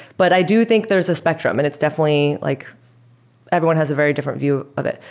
but i do think there's a spectrum and it's definitely like everyone has a very different view of it.